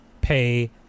pay